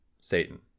Satan